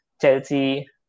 Chelsea